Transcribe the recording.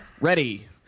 Ready